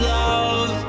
love